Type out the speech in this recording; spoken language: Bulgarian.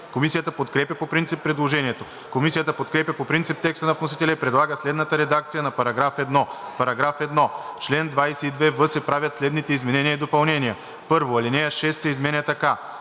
Комисията подкрепя по принцип предложението. Комисията подкрепя по принцип текста на вносителя и предлага следната редакция на § 1: „§ 1. В чл. 22в се правят следните изменения и допълнения: 1. Алинея 6 се изменя така: